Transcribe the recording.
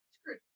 Screwed